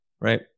right